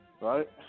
right